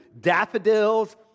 daffodils